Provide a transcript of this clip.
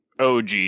OG